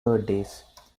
birthdays